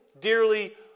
dearly